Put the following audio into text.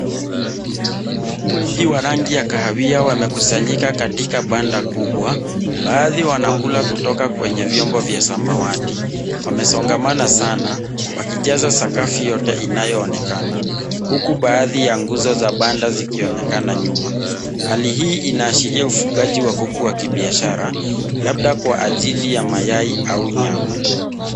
Kuku wengi wa rangi ya kahawia wamekusanyika katika banda kubwa. Baadhi wanakula kutoka kwenye vyombo vya samawati. Wamesongamana sana wakijaza sakafu yote inayoonekana huku baadhi ya nguzo za banda zikionekana nyuma. Hali hii inaashiria ufugaji wa kuku wa kibiashara. Labda kwa ajili ya mayai au nyama.